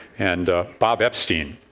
and bob epstein